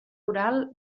oral